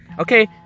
Okay